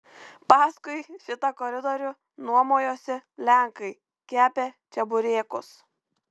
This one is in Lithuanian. paskui šitą koridorių nuomojosi lenkai kepę čeburekus